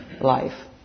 life